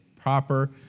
proper